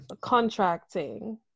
contracting